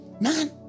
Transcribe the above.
man